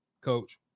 coach